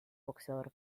boxeador